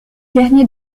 dernier